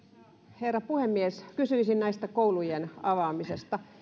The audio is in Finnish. herra puhemies kysyisin tästä koulujen avaamisesta